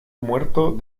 muerto